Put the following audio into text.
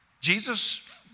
Jesus